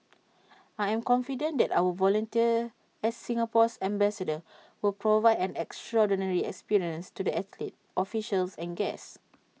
I am confident that our volunteers as Singapore's ambassadors will provide an extraordinary experience to the athletes officials and guests